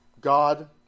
God